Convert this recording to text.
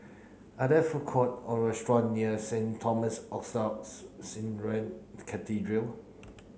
are there food court or restaurant near Saint Thomas Orthodox Syrian Cathedral